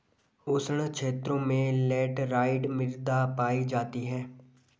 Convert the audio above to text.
उष्ण क्षेत्रों में लैटराइट मृदा पायी जाती है